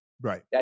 Right